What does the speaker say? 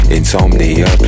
Insomnia